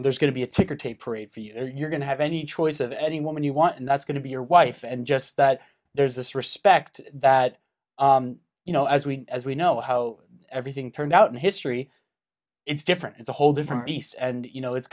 and there's going to be a ticker tape parade for you you're going to have any choice of any woman you want and that's going to be your wife and just that there's this respect that you know as we as we know how everything turned out in history it's different it's a whole different piece and you know it's